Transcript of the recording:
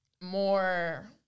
more